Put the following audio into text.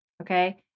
Okay